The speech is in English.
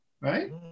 right